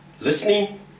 listening